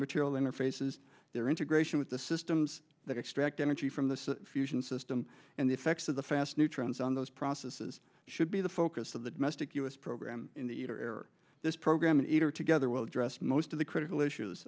material interfaces there integration with the systems that extract energy from the fusion system and the effects of the fast neutrons on those processes should be the focus of the domestic u s program in the air this program and either together will address most of the critical issues